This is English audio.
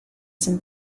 some